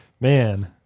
man